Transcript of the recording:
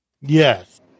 Yes